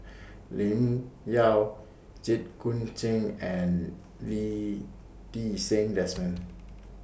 Lim Yau Jit Koon Ch'ng and Lee Ti Seng Desmond